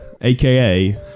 aka